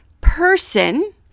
Person